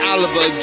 Oliver